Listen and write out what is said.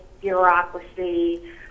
bureaucracy